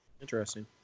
interesting